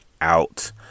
out